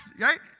right